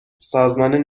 سازمان